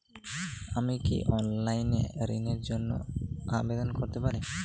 আমি কি অনলাইন এ ঋণ র জন্য আবেদন করতে পারি?